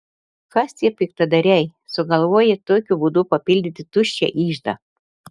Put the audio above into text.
kas tie piktadariai sugalvoję tokiu būdu papildyti tuščią iždą